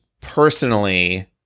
personally